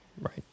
Right